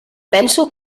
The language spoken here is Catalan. penso